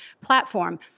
platform